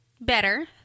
better